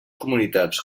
comunitats